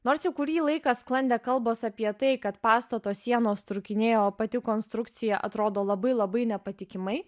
nors jau kurį laiką sklandė kalbos apie tai kad pastato sienos trūkinėja o pati konstrukcija atrodo labai labai nepatikimai